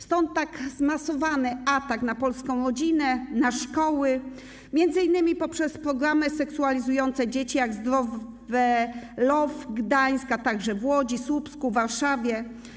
Stąd tak zmasowany atak na polską rodzinę, na szkoły, m.in. poprzez programy seksualizujące dzieci jak Zdrovve Love w Gdańsku, a także w Łodzi, Słupsku, Warszawie.